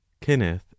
Kenneth